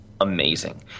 amazing